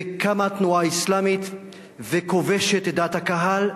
וקמה תנועה אסלאמית וכובשת את דעת הקהל,